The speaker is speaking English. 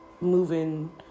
moving